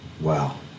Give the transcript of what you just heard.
Wow